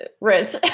Rich